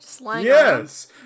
Yes